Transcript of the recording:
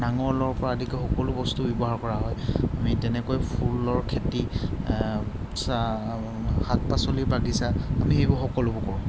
নাঙলৰপৰা আদি কৰি সকলো বস্তু ব্যৱহাৰ কৰা হয় আমি তেনেকৈ ফুলৰ খেতি শাক পাচলিৰ বাগিচা আমি সেইবোৰ সকলোবোৰ কৰোঁ